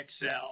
Excel